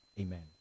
Amen